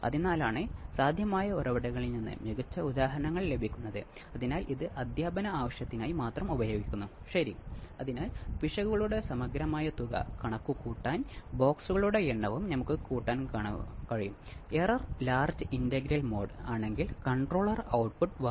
inverting ആംപ്ലിഫയറും നൂറ്റി എൺപത് ഡിഗ്രി നൽകും